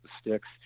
sticks